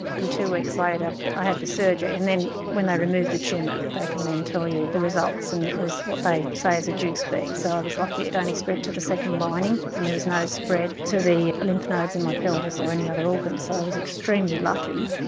in two weeks later i had the surgery, and then when they removed the tumour they can then tell you the results and it was what they say is a dukes b, so i was lucky it only spread to the second lining and there was no spread to the lymph nodes in my pelvis or any other organs. so i was extremely lucky.